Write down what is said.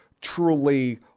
truly